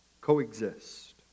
coexist